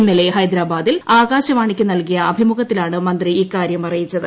ഇന്നലെ ഹൈദരാബാദിൽ ആകാശവാണിക്കു നൽകിയ അഭിമുഖത്തിലാണ് മന്ത്രി ഇക്കാര്യം അറിയിച്ചത്